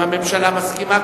אם הממשלה מסכימה,